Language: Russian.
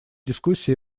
дискуссии